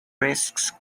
risks